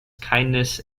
kindness